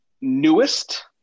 newest